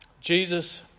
Jesus